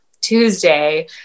Tuesday